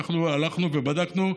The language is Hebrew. הלכנו ובדקנו,